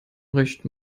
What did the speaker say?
recht